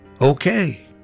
Okay